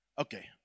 Okay